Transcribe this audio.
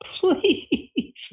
please